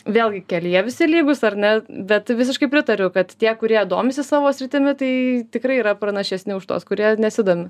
vėlgi kelyje visi lygūs ar ne bet visiškai pritariu kad tie kurie domisi savo sritimi tai tikrai yra pranašesni už tuos kurie nesidomi